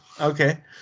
okay